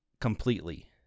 completely